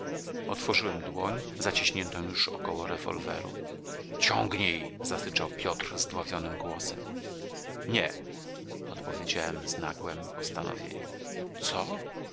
otworzyłem dłoń zaciśniętą już około rewolweru ciągnij zasyczał piotr zdławionym głosem nie odpowiedziałem z nagłem postanowieniem co